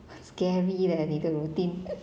很 scary leh 你的 routine